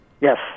Yes